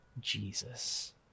jesus